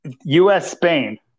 U.S.-Spain